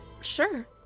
sure